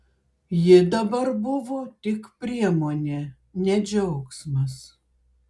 ji dabar buvo tik priemonė ne džiaugsmas